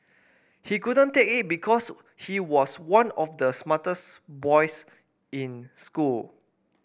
he couldn't take it because he was one of the smartest boys in school